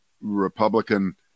Republican